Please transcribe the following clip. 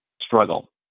struggle